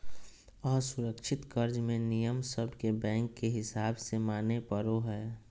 असुरक्षित कर्ज मे नियम सब के बैंक के हिसाब से माने पड़ो हय